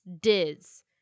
Diz